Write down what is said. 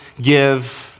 give